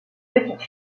petite